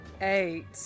eight